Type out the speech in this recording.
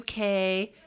UK